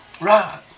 Right